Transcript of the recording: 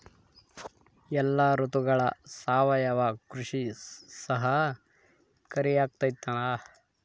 ಎಲ್ಲ ಋತುಗಳಗ ಸಾವಯವ ಕೃಷಿ ಸಹಕಾರಿಯಾಗಿರ್ತೈತಾ?